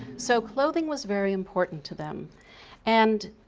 so clothing was very important to them and